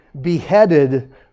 beheaded